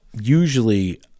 usually